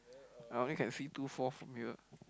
I only can see two four from here